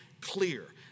clear